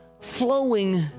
flowing